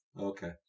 Okay